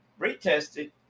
Retested